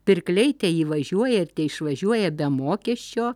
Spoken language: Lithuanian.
pirkliai teįvažiuoja išvažiuoja be mokesčio